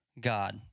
God